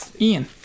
Ian